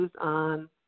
on